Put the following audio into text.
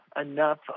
enough